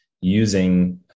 using